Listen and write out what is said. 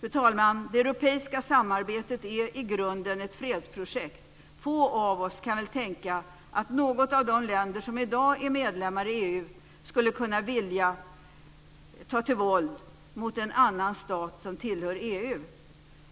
Fru talman! Det europeiska samarbetet är i grunden ett fredsprojekt. Få av oss kan väl tro att något av de länder som i dag är medlemmar i EU skulle kunna vilja ta till våld mot en annan stat som tillhör EU.